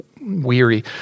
weary